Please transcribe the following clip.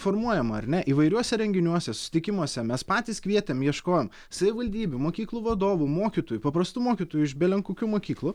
formuojama ar ne įvairiuose renginiuose susitikimuose mes patys kvietėm ieškojom savivaldybių mokyklų vadovų mokytojų paprastų mokytojų iš belen kokių mokyklų